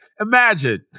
imagine